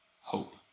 hope